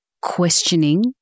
questioning